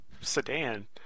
sedan